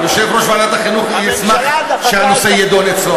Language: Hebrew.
יושב-ראש ועדת החינוך ישמח שהנושא יידון אצלו,